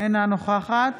אינה נוכחת